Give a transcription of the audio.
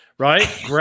Right